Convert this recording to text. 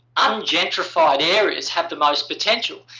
ungentrified areas have the most potential.